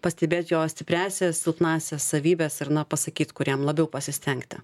pastebėt jo stipriąsias silpnąsias savybes ir na pasakyt kur jam labiau pasistengti